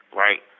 right